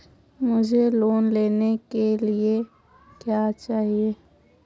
मुझे लोन लेने के लिए क्या चाहिए?